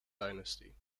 dynasty